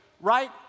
right